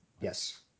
Yes